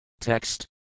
Text